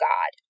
God